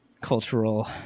cultural